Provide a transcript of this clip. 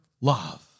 love